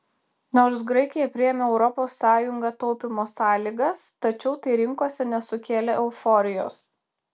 nors graikija priėmė europos sąjunga taupymo sąlygas tačiau tai rinkose nesukėlė euforijos